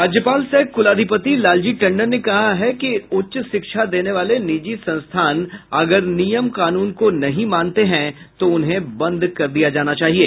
राज्यपाल सह कुलाधिपति लालजी टंडन ने कहा है उच्च शिक्षा देने वाले निजी संस्थान अगर नियम कानून को नहीं मानते हैं तो उन्हें बंद कर दिया जाना चाहिये